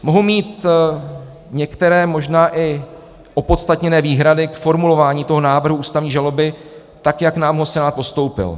Mohu mít některé, možná i opodstatněné, výhrady k formulování návrhu ústavní žaloby, jak nám ho Senát postoupil.